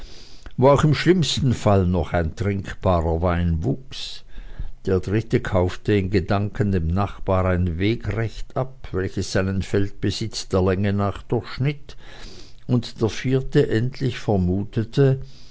wo auch im schlimmsten falle noch ein trinkbarer wein wuchs der dritte kaufte in gedanken dem nachbaren ein wegrecht ab welches seinen feldbesitz der länge nach durchschnitt und der vierte endlich vermutete